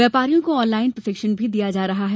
व्यापारियों को ऑनलाइन प्रशिक्षण भी दिया जा रहा है